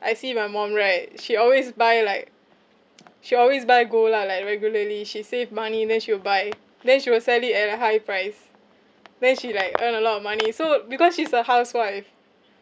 I see my mum right she always buy like she always buy gold lah like regularly she save money then she will buy then she will sell it at a high price then she like earn a lot of money so because she's a housewife